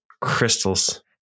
crystals